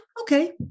okay